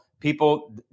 People